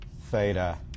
theta